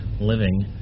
living